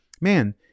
man